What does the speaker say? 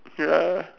ya